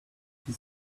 she